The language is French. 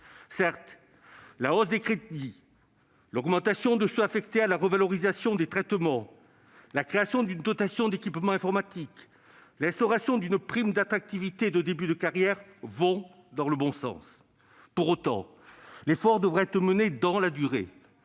Certes, la hausse des crédits, notamment ceux qui sont affectés à la revalorisation des traitements, la création d'une dotation d'équipement informatique, l'instauration d'une prime d'attractivité de début de carrière, sont de bonnes mesures. Cependant, l'effort devra être mené dans la durée